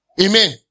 Amen